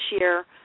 year